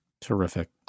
Terrific